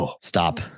Stop